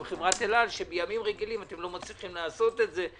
חברת אל על שבימים רגילים אתם לא מצליחים לעשות את זה,